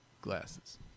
glasses